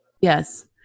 Yes